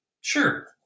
Sure